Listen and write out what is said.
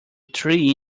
three